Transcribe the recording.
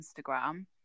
Instagram